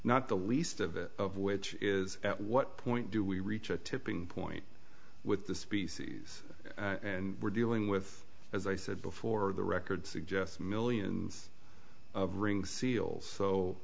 not the least of it of which is at what point do we reach a tipping point with the species and we're dealing with as i said before the record suggests millions of ring seals